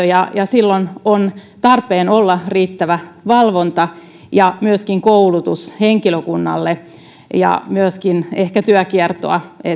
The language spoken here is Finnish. ja silloin on tarpeen olla riittävä valvonta ja myöskin koulutus henkilökunnalle ja myöskin ehkä työkiertoa